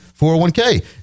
401k